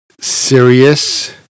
serious